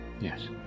Yes